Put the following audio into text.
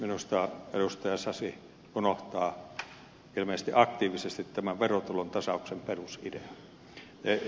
minusta edustaja sasi unohtaa ilmeisesti aktiivisesti tämän verotulon tasauksen perusidean